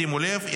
שימו לב,